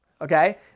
okay